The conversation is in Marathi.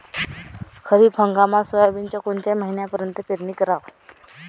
खरीप हंगामात सोयाबीनची कोनच्या महिन्यापर्यंत पेरनी कराव?